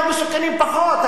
לא מסוכנים פחות,